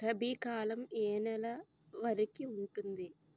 రబీ కాలం ఏ ఏ నెల వరికి ఉంటుంది?